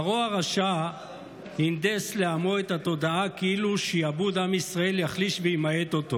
פרעה הרשע הנדס לעמו את התודעה כאילו שיעבוד עם ישראל יחליש וימעט אותו.